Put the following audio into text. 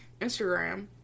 Instagram